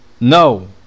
No